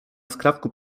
skrawku